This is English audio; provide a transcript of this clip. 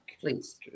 Please